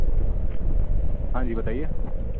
hello ہاں جی بتائیے